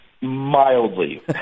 Mildly